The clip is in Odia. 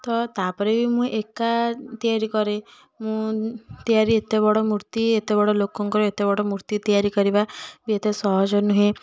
ତ ତା'ପରେ ବି ମୁଁ ଏକା ତିଆରି କରେ ମୁଁ ତିଆରି ଏତେ ବଡ଼ ମୂର୍ତ୍ତି ଏତେ ବଡ଼ ଲୋକଙ୍କର ଏତେ ବଡ଼ ମୂର୍ତ୍ତି ତିଆରି କରିବା ବି ଏତେ ସହଜ ନୁହେଁ